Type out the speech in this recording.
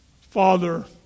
Father